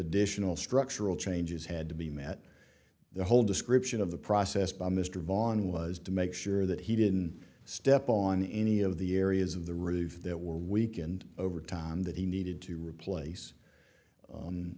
additional structural changes had to be met the whole description of the process by mr vaughan was to make sure that he didn't step on any of the areas of the roof that were weakened over time that he needed to replace